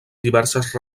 diverses